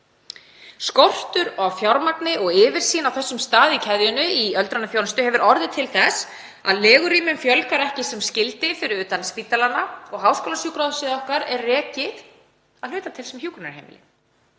Skortur á fjármagni og yfirsýn á þessum stað í keðjunni, í öldrunarþjónustu, hefur orðið til þess að legurýmum fjölgar ekki sem skyldi fyrir utan spítalana og háskólasjúkrahúsið okkar er rekið að hluta til sem hjúkrunarheimili.